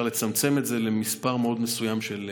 לצמצם את זה למספר מאוד מסוים של משתתפים.